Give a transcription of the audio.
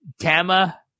Tama